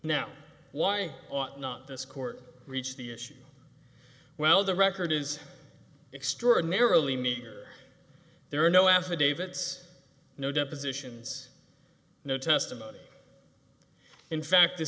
now why not this court reached the issue well the record is extraordinarily meager there are no affidavits no depositions no testimony in fact th